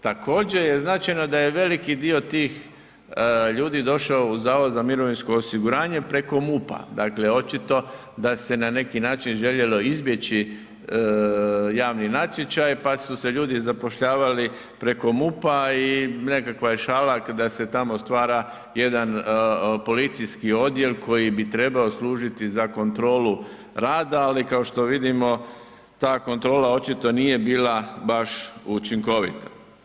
Također je značajno da je veliki dio tih ljudi došao u Zavod za mirovinsko osiguranje preko MUP-a, dakle očito da se na neki način željelo izbjeći javni natječaj pa su se ljudi zapošljavali preko MUP-a i nekakva je šala da se tamo stvara jedan policijski odjel koji bi trebao služiti za kontrolu rada ali kao što vidimo ta kontrola očito nije bila baš učinkovita.